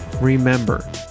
Remember